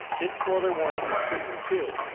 this spoiler warning is for you, too.